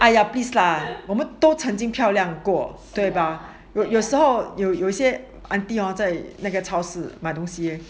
!aiya! please lah 我们都曾经漂亮过对吧有时候有有些 aunty hor 在那个超市买东西